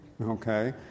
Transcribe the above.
okay